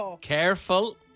Careful